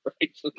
right